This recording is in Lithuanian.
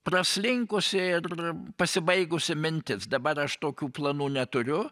praslinkusi ir pasibaigusi mintis dabar aš tokių planų neturiu